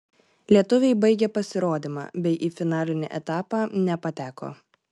lietuviai baigė pasirodymą bei į finalinį etapą nepateko